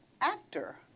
actor